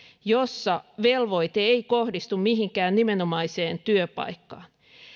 jossa velvoite ei kohdistu mihinkään nimenomaiseen työpaikkaan